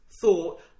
thought